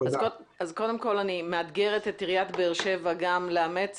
אז קודם כל אני מאתגרת גם את עיריית באר שבע גם לאמץ